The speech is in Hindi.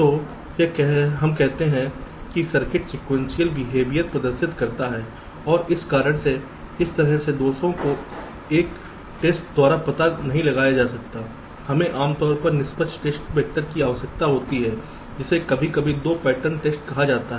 तो हम कहते हैं कि सर्किट सीक्वेंशियल बिहेवियर प्रदर्शित करता है और इस कारण से इस तरह के दोषों को एक टेस्ट द्वारा पता नहीं लगाया जा सकता है हमें आमतौर पर निष्पक्ष टेस्ट वैक्टर की आवश्यकता होती है जिसे कभी कभी 2 पैटर्न टेस्ट कहा जाता है